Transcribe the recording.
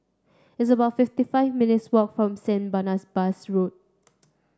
it's about fifty five minutes walk from Saint Barnasbas Road